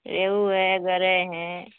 ریہو ہے گرے ہیں